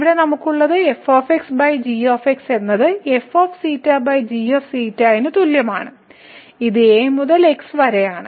ഇവിടെ നമുക്ക് ഉള്ളത് f g എന്നത് f g ന് തുല്യമാണ് ഇത് a മുതൽ x വരെയാണ്